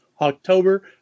October